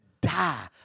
die